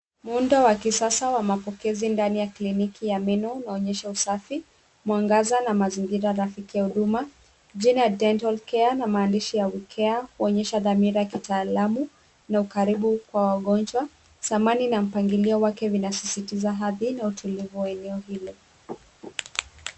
Muundo wa kisasa wa mapokezi ndani ya kliniki ya meno unaonyesha usafi , mwangaza na mazingira rafiki ya huduma. Jina dental care pia na maandishi we care huonyesha dhamira ya kitaalamu na ukaribu kwa wagonjwa. Samani na mpangilio wake vinazisitiza hadhi ya utulivu wa eneo hili.